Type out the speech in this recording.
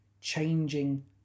changing